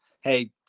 hey